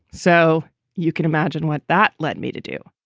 so you can imagine what that led me to do.